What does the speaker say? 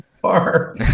Far